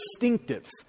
distinctives